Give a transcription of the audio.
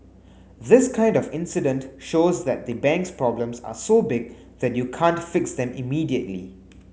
this kind of incident shows that the bank's problems are so big that you can't fix them immediately